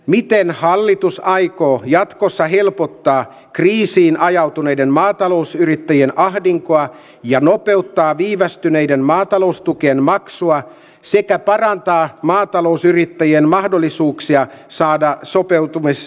miten hallitus aikoo jatkossa helpottaa kriisiin ajautuneiden maatalousyrittäjien ahdinkoa ja nopeuttaa viivästyneiden maataloustukien maksua sitä parantaa maatalousyrittäjien mahdollisuuksia saada sopeutumis